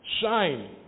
shine